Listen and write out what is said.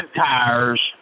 tires